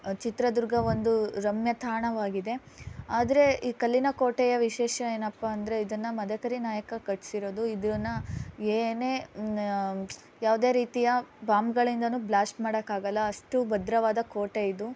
ಚಿತ್ರದುರ್ಗ ಒಂದು ರಮ್ಯ ತಾಣವಾಗಿದೆ ಆದರೆ ಈ ಕಲ್ಲಿನ ಕೋಟೆಯ ವಿಶೇಷ ಏನಪ್ಪ ಅಂದರೆ ಇದನ್ನು ಮದಕರಿ ನಾಯಕ ಕಟ್ಸಿರೋದು ಇದನ್ನು ಏನೇ ಯಾವುದೇ ರೀತಿಯ ಬಾಂಬ್ಗಳಿಂದನೂ ಬ್ಲಾಸ್ಟ್ ಮಾಡೋಕ್ಕಾಗಲ್ಲ ಅಷ್ಟು ಭದ್ರವಾದ ಕೋಟೆ ಇದು